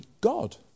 God